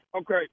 Okay